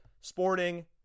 sporting